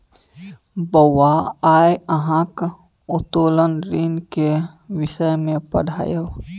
बौआ आय अहाँक उत्तोलन ऋण केर विषय मे पढ़ायब